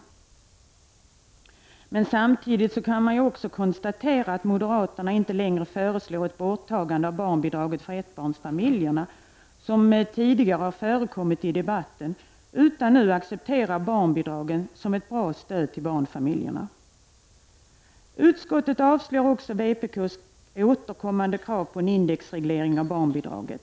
Men samtidigt kan vi också konstatera att moderaterna icke längre föreslår ett borttagande av barnbidraget för ettbarnsfamiljerna, vilket de tidigare har gjort i debatten, utan nu accepterar barnbidragen som ett bra stöd till barnfamiljerna. Utskottet avstyrker också vänsterpartiets återkommande krav på en indexreglering av barnbidraget.